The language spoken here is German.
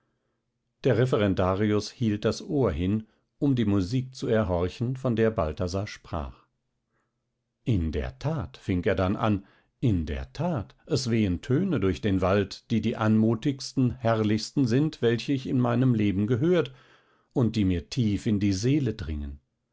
der referendarius hielt das ohr hin um die musik zu erhorchen von der balthasar sprach in der tat fing er dann an in der tat es wehen töne durch den wald die die anmutigsten herrlichsten sind welche ich in meinem leben gehört und die mir tief in die seele dringen